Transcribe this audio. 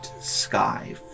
sky